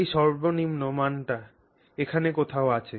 এই সর্বনিম্ন মানটা এখানে কোথাও আছে